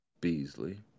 Beasley